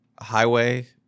highway